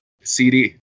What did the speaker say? CD